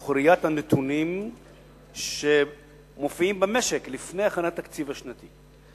תוך ראיית הנתונים שמופיעים במשק לפני הכנת התקציב השנתי.